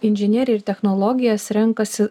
inžineriją ir technologijas renkasi